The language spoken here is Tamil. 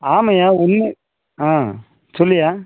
ஆமாய்யா ஒன்று ஆ சொல்லுயா